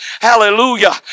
Hallelujah